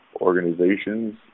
organizations